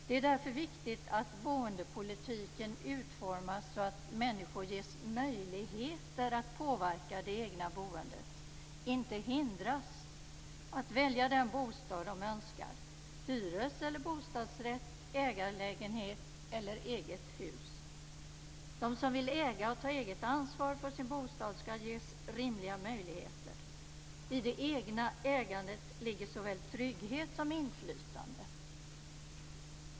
Det är därför viktigt att boendepolitiken utformas så att människor ges möjligheter att påverka det egna boendet, inte hindras att välja den bostad de önskar: De som vill äga och ta eget ansvar för sin bostad ska ges rimliga möjligheter. I det egna ägandet ligger såväl trygghet som inflytande.